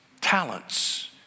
talents